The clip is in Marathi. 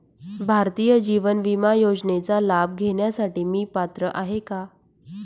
भारतीय जीवन विमा योजनेचा लाभ घेण्यासाठी मी पात्र आहे का?